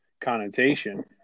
connotation